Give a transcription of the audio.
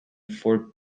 for